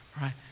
Right